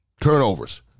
Turnovers